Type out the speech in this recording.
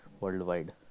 worldwide